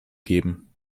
geben